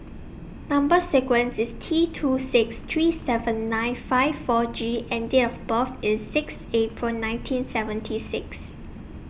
Number sequence IS T two six three seven nine five four G and Date of birth IS six April nineteen seventy six